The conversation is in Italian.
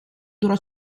durò